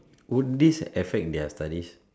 would this affect their studies